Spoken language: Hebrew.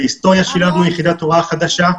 בהיסטוריה שילבנו יחידת הוראה חדשה.